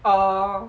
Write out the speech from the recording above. oh